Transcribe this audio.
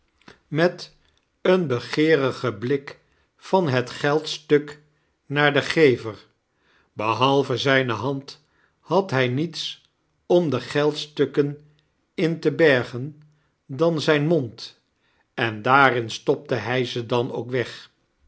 met een begeerigen blik van het geldstuk naar den gever behalve zijne hand had hij niets om de geldstukken in te bergen dan zijn mond en daarin stopte hij ze dan ook weg